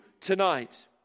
tonight